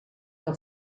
que